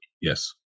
Yes